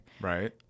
Right